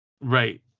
right